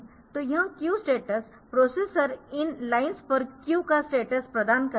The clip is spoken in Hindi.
तो यह क्यू स्टेटस प्रोसेसर इन लाइन्स पर क्यू का स्टेटस प्रदान करता है